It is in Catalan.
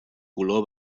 color